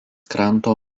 kranto